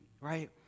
right